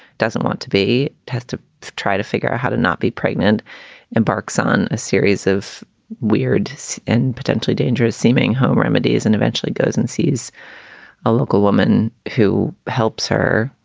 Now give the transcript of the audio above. doesn't want to be tested to try to figure out how to not be pregnant embarks on a series of weird and potentially dangerous seeming home remedies and eventually goes and sees a local woman who helps her,